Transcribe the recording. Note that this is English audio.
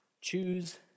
Choose